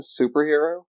superhero